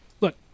Look